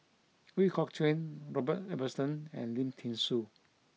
Ooi Kok Chuen Robert Ibbetson and Lim Thean Soo